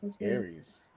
Aries